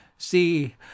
See